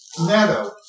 meadow